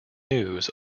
news